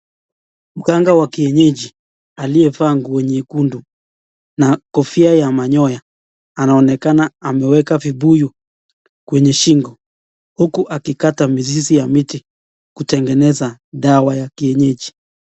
Mganga wa kienyeji aliyefaa nguo nyekundu na kofia ya manyoya anaonekana ameweka vibuyu kwenye shingo huku akikata mizizi kutengeneza dawa za kienyeji.